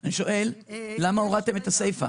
אני שואל למה הורדתם את הסיפה